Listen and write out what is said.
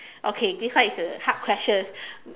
okay this one is a hard question